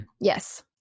yes